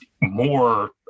more